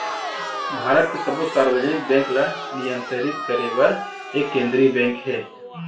भारत के सब्बो सार्वजनिक बेंक ल नियंतरित करे बर एक केंद्रीय बेंक हे